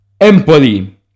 Empoli